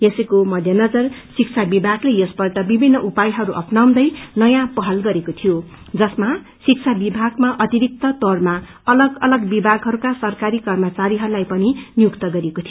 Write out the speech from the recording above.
यसैको मध्यनजर शिक्षा विभागले यपल्ट विभिन्न उपायहरू अपनाउँदै नयाँ पहल गरेको थियो जसमा शिक्षा विभागमा अतिरिक्त तौरमा अलग अलग विभागहरूका सरकारी कर्मचारीहरूलाई पनि नियुक्त गरिएको थियो